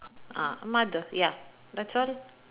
ah mother ya that's all